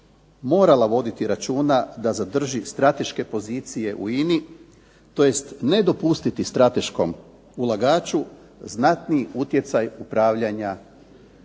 morala voditi računa da zadrži strateške pozicije u INA-i tj. ne dopustiti strateškom ulagaču znatni utjecaj upravljanja